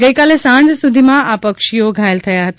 ગઇ કાલે સાંજ સુધીમાં આ પક્ષી ઓઘાયલ થયા હતા